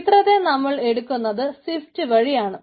ചിത്രത്തെ നമ്മൾ എടുക്കുന്നത് സ്വിഫ്റ്റ് വഴിയാണ്